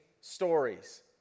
stories